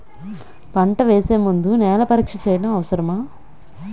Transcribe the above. పంట వేసే ముందు నేల పరీక్ష చేయటం అవసరమా?